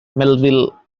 melville